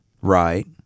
Right